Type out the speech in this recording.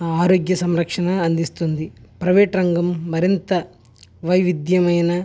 ఆరోగ్య సంరక్షణ అందిస్తుంది ప్రైవేట్ రంగం మరింత వైవిధ్యమైన